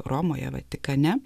romoje vatikane